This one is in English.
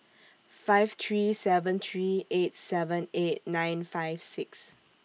five three seven three eight seven eight nine five six